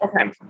Okay